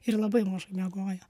ir labai mažai miegojo